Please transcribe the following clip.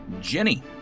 Jenny